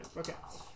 okay